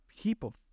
people